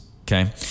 Okay